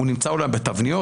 הוא נמצא אולי בתבניות,